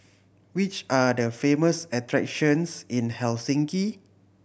which are the famous attractions in Helsinki